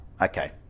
okay